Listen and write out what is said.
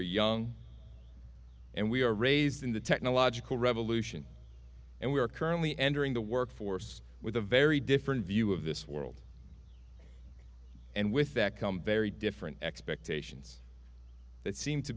are young and we are raised in the technological revolution and we are currently entering the workforce with a very different view of this world and with that come very different expectations that seem to